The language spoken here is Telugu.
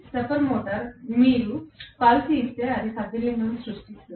స్టెప్పర్ మోటారు మీరు పల్స్ ఇస్తే అది కదలికను సృష్టిస్తుంది